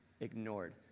ignored